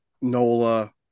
Nola